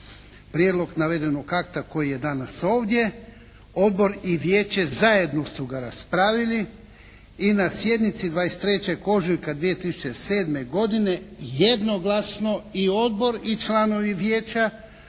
prijedlog navedenog akta koji je danas ovdje, odbor i vijeće zajedno su ga raspravili i na sjednici 23. ožujka 2007. godine jednoglasno i odbor i članovi vijeća